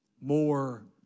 more